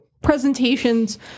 presentations